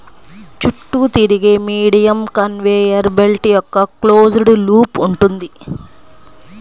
చుట్టూ తిరిగే medium conveyor belt యొక్క క్లోజ్డ్ లూప్ ఉంటుంది